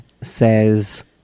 says